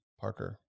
parker